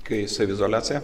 kai saviizoliacija